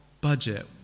budget